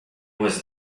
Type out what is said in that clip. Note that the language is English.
was